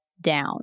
down